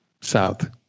south